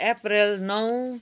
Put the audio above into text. April नौ